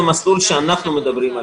המסלול שעליו אנחנו מדברים,